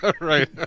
right